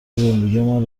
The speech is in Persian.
زندگیمان